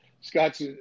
Scott's